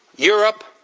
europe,